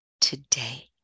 today